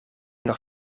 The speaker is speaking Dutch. nog